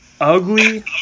ugly